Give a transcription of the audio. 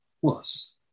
Plus